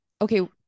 okay